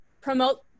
promote